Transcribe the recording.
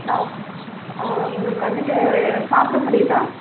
நான் உங்களுக்கு வந்துட்டு சாப்பிட முடியுதா